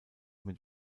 mit